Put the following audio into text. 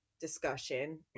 discussion